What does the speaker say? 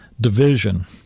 division